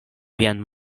vian